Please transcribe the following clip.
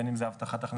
בין אם זה הבטחת הכנסה,